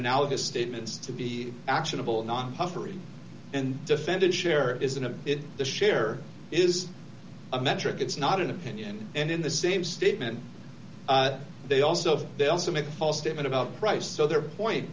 analogous statements to be actionable not puffery and defendant share isn't it the share is a metric it's not an opinion and in the same statement they also they also make a false statement about price so their point